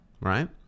right